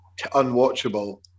unwatchable